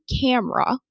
camera